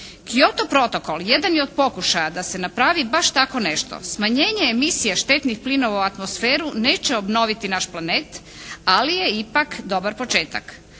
Kyoto protokol jedan je od pokušaja da se napravi baš tako nešto. Smanjenje emisije štetnih plinova u atmosferu neće obnoviti naš planet, ali je ipak dobar početak,